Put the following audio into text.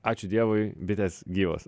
ačiū dievui bitės gyvos